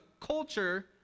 culture